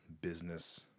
business